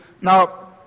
Now